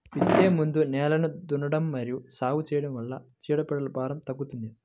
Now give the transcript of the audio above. విత్తే ముందు నేలను దున్నడం మరియు సాగు చేయడం వల్ల చీడపీడల భారం తగ్గుతుందా?